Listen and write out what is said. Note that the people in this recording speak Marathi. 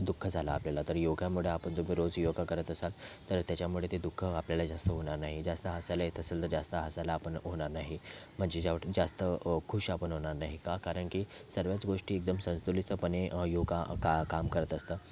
दुःख झालं आपल्याला तर योगामुळं आपण द रोज योगा करत असाल तर त्याच्यामुळे ते दुःख आपल्याला जास्त होणार नाही जास्त हसायला येत असेल तर जास्त हसायला पण होणार नाही म्हणजे जा जास्त खूश आपण होणार नाही का कारण की सर्वच गोष्टी एकदम संतुलितपणे योगा का काम करत असतं